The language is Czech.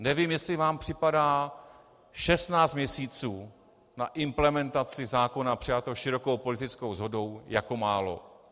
Nevím, jestli vám připadá 16 měsíců na implementaci zákona přijatého širokou politickou shodou jako málo.